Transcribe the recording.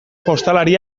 jostalari